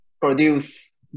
produce